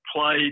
played